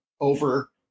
over